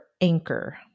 anchor